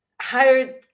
hired